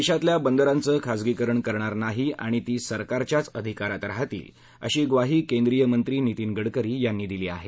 देशातल्या बंदरांचं खाजगीकरण करणार नाही आणि ती सरकारच्याच अधिकारात राहतील अशी ग्वाही केंद्रीय मंत्री नितीन गडकरी यांनी दिली आहे